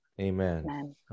Amen